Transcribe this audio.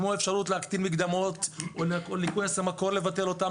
כמו האפשרות להקטין מקדמות או לבטל אותן,